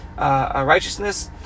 righteousness